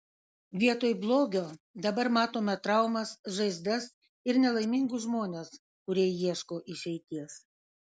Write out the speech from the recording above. vietoj blogio dabar matome traumas žaizdas ir nelaimingus žmones kurie ieško išeities